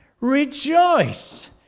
rejoice